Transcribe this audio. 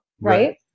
right